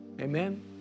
Amen